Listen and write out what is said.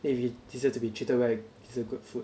if you deserve to be treated well it's a good food